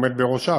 עומד בראשה,